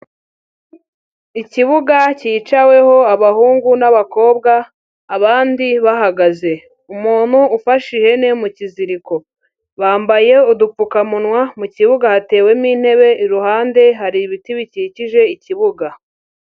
Ikibuga cyicaweho abahungu n'abakobwa abandi bahagaze. Umuntu ufashe ihene yo mu kiziriko, bambaye udupfukamunwa mu kibuga hatewemo intebe, iruhande hari ibiti bikikije ikibuga.